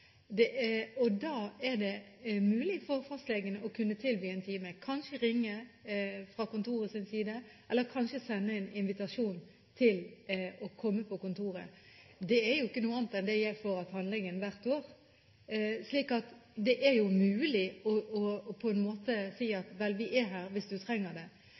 mulig for fastlegen å kunne tilby en time, kanskje ringe fra kontoret eller kanskje sende en invitasjon til å komme på kontoret. Det er jo ikke noe annet enn det jeg får av tannlegen hvert år. Det er mulig å si at vi er her hvis du trenger det.